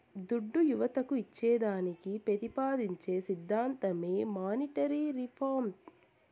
దుడ్డు యువతకు ఇచ్చేదానికి పెతిపాదించే సిద్ధాంతమే మానీటరీ రిఫార్మ్